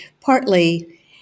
partly